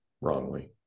wrongly